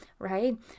right